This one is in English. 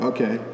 Okay